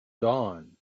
dawn